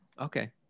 Okay